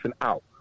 out